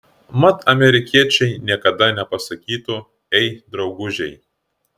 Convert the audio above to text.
mat amerikiečiai niekada nepasakytų ei draugužiai